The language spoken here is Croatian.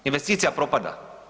Investicija propada.